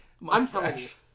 Mustache